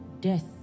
death